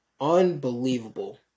Unbelievable